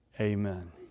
amen